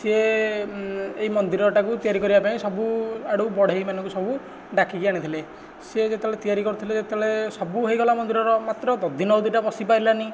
ସିଏ ଏଇ ମନ୍ଦିରଟାକୁ ତିଆରି କରିବାପାଇଁ ସବୁ ଆଡୁ ବଢ଼େଇ ମାନଙ୍କୁ ସବୁ ଡାକିକି ଆଣିଥିଲେ ସିଏ ଯେତେବେଳେ ତିଆରି କରିଥିଲେ ଯେତେବେଳେ ସବୁହେଇଗଲା ମନ୍ଦିରର ମାତ୍ର ଦଧିନଉତି ଟା ବସିପାରିଲାନି